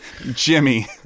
Jimmy